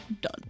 done